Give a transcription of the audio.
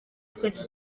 twese